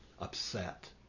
upset